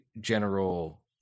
general